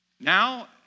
Now